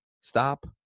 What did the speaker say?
stop